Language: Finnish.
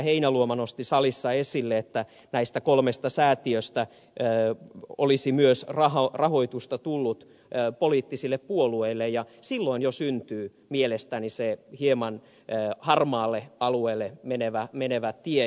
heinäluoma nosti salissa esille että näistä kolmesta säätiöstä olisi myös rahoitusta tullut poliittisille puolueille ja silloin jo syntyy mielestäni se hieman harmaalle alueelle menevä tie